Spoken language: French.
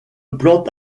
plante